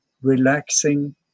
relaxing